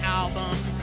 albums